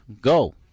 go